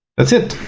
that's it.